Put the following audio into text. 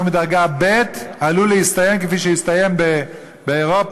מדרגה ב' עלול להסתיים כפי שהסתיים באירופה,